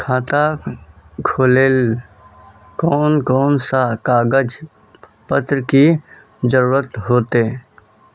खाता खोलेले कौन कौन सा कागज पत्र की जरूरत होते?